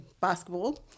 basketball